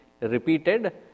repeated